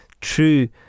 True